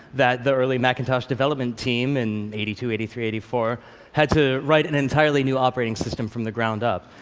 that the early macintosh development team in eighty two, eighty three, eighty four had to write an entirely new operating system from the ground up.